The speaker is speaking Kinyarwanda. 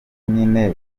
nyine